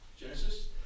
Genesis